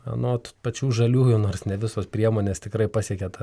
anot pačių žaliųjų nors ne visos priemonės tikrai pasiekia tą